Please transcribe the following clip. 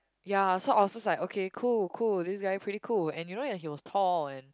ya so I was just like okay cool cool this guy pretty cool and you know that he was tall and